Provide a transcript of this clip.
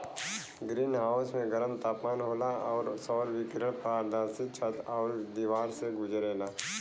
green house में गरम तापमान होला आउर सौर विकिरण पारदर्शी छत आउर दिवार से गुजरेला